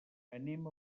anem